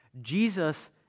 Jesus